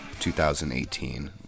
2018